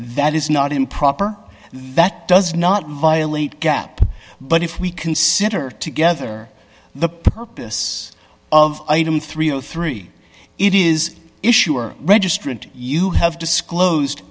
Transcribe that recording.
that is not improper that does not violate gap but if we consider together the purpose of item three o three it is issuer registrant you have disclosed